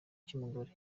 cy’umugore